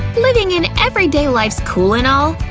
living an everyday life's cool and all,